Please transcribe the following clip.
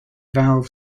valve